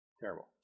terrible